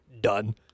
done